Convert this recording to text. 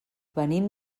venim